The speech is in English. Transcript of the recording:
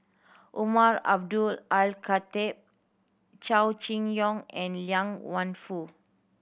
Umar Abdullah Al Khatib Chow Chee Yong and Liang Wenfu